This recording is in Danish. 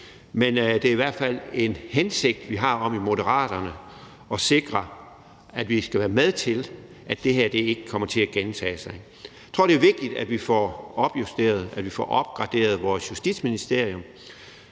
men det er i hvert fald en hensigt, vi har i Moderaterne, om at sikre, at vi skal være med til, at det her ikke kommer til at gentage sig. Jeg tror, det er vigtigt, at vi får opjusteret, at vi får opgraderet vores Justitsministerium,